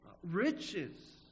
riches